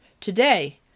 Today